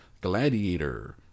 Gladiator